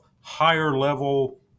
higher-level